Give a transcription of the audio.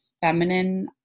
feminine